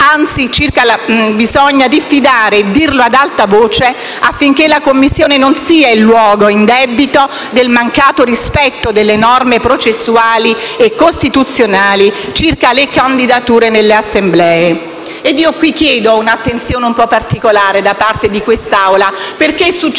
attenti, bisogna diffidare - e dirlo ad alta voce - affinché la Commissione non sia il luogo indebito del mancato rispetto delle norme processuali e costituzionali circa le candidature nelle Assemblee. A tale proposito chiedo un'attenzione un po' particolare da parte di quest'Assemblea perché è successo